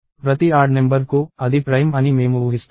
ప్రతి odd number కు అది ప్రైమ్ అని మేము ఊహిస్తాము